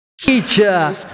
teacher